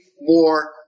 more